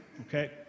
Okay